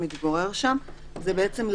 מאמינה.